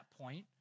point